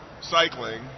cycling